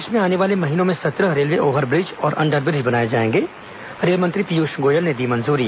प्रदेश में आने वाले महीनों में सत्रह रेल्वे ओव्हर ब्रिज और अंडर ब्रिज बनाए जाएंगे रेलमंत्री पीयूष गोयल ने दी मंजूरी